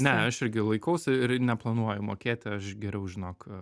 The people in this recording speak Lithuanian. ne aš irgi laikausi ir neplanuoju mokėti aš geriau žinok